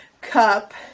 cup